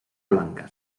blanca